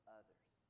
others